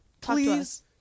Please